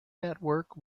network